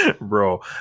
Bro